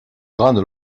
grande